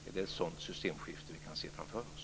Är det ett sådant systemskifte vi kan se framför oss?